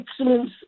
excellence